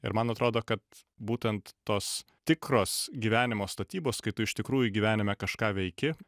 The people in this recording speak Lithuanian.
ir man atrodo kad būtent tos tikros gyvenimo statybos kai tu iš tikrųjų gyvenime kažką veiki